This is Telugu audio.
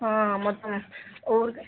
మొత్తం ఊరికే